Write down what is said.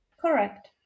Correct